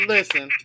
Listen